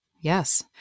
Yes